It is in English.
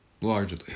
largely